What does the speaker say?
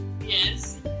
Yes